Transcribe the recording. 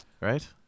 right